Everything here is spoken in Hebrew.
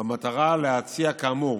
במטרה להציע, כאמור,